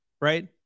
Right